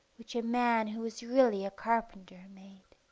which a man who was really a carpenter made.